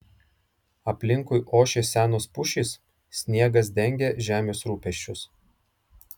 aplinkui ošė senos pušys sniegas dengė žemės rūpesčius